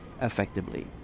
effectively